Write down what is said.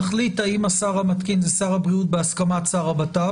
נחליט האם השר המתקין זה שר הבריאות בהסכמת שר הבט"פ,